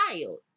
child